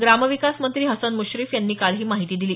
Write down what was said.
ग्रामविकास मंत्री हसन मुश्रीफ यांनी काल ही माहिती दिली